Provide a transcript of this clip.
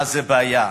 מה זו בעיה,